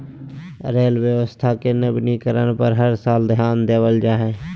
rail व्यवस्था के नवीनीकरण पर हर साल ध्यान देवल जा हइ